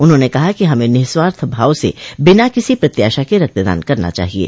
उन्होंने कहा कि हमें निःस्वार्थ भाव से बिना किसी प्रत्याशा के रक्तदान करना चाहिये